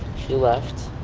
she left.